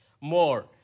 more